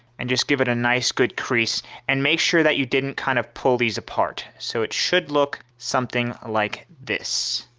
and just give it a nice good crease and make sure that you didn't kind of pull these apart. so it should look something like this.